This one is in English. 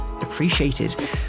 appreciated